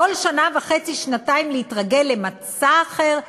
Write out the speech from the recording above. כל שנה וחצי, שנתיים, להתרגל למצע אחר?